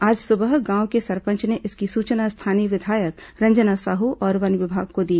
आज सुबह गांव के सरपंच ने इसकी सुचना स्थानीय विधायक रंजना साहू और वन विभाग को दी